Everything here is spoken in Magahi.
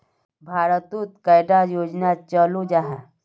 भारत तोत कैडा योजना चलो जाहा?